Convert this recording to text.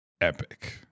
epic